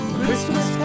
Christmas